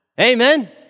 Amen